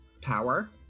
power